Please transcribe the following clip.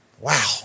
Wow